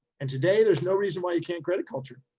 and today there's no reason why you can't create a culture,